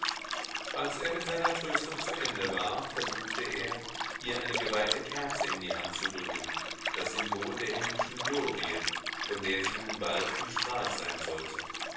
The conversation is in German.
als er mit seiner tröstung zu ende war versuchte er ihr eine geweihte kerze in die hand zu drücken das symbol der himmlischen glorie von der sie nun bald umstrahlt sein sollte